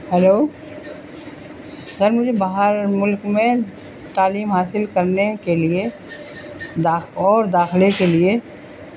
hello sir مجھے باہر ملک میں تعلیم حاصل کرنے کے لیے داخ اور داخلے کے لیے